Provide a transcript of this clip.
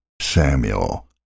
Samuel